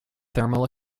thermal